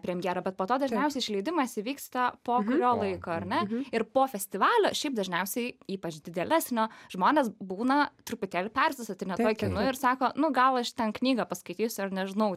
premjerą bet po to dažniausiai išleidimas įvyksta po kurio laiko ar ne ir po festivalio šiaip dažniausiai ypač didėlesnio žmonės būna truputėlį persisotinę tuo kinu ir sako nu gal aš ten knygą paskaitysiu ar nežinau